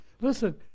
Listen